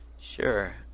sure